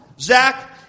Zach